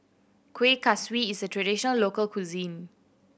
Kueh Kaswi is a traditional local cuisine